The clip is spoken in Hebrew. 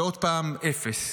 ועוד פעם אפס.